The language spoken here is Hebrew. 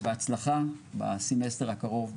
בהצלחה בסמסטר הקרוב,